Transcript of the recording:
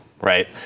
right